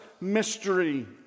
mystery